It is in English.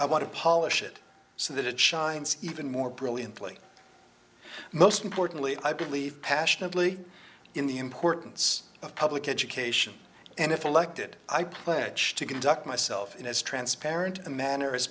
i want to polish it so that it shines even more brilliantly most importantly i believe passionately in the importance of public education and if elected i pledge to conduct myself in as transparent a manner as